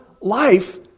life